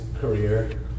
career